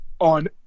on